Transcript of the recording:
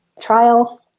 trial